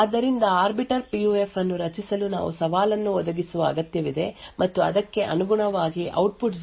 ಆದ್ದರಿಂದ arbiter PUF ಅನ್ನು ರಚಿಸಲು ನಾವು ಸವಾಲನ್ನು ಒದಗಿಸುವ ಅಗತ್ಯವಿದೆ ಮತ್ತು ಅದಕ್ಕೆ ಅನುಗುಣವಾಗಿ ಔಟ್ಪುಟ್ 0 ಮತ್ತು 1 ಎಂಬುದನ್ನು ನಿರ್ಧರಿಸುತ್ತದೆ